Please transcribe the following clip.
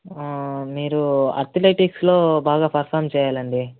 మీరు అథ్లెటిక్స్లో బాగా పర్ఫామ్ చేయాలండి